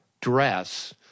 dress